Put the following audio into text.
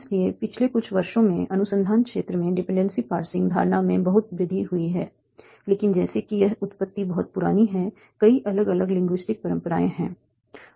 इसलिए पिछले कुछ वर्षों में अनुसंधान क्षेत्र में डिपेंडेंसी पार्सिंग धारणा में बहुत वृद्धि हुई है लेकिन जैसे कि यह उत्पत्ति बहुत पुरानी है कई अलग अलग लिंग्विस्टिक परंपराएं हैं